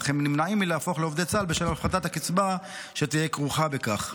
אך הם נמנעים מלהפוך לעובדי צה"ל בשל הפחתת הקצבה שתהיה כרוכה בכך.